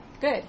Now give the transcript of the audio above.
Good